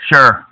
Sure